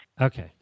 Okay